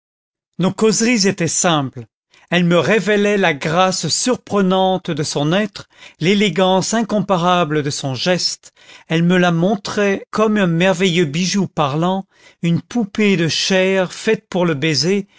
nos causeries étaient simples elles me révélaient la grâce surprenante de son être l'élégance incomparable de son geste elles me la montraient comme un merveilleux bijou parlant une poupée de chair faite pour le baiser